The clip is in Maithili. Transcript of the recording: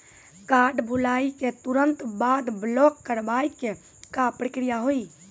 कार्ड भुलाए के तुरंत बाद ब्लॉक करवाए के का प्रक्रिया हुई?